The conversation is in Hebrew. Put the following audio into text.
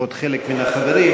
לפחות חלק מהחברים.